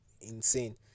insane